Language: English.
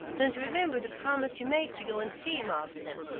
don't you remember the promise you made to go and see him often?